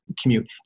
commute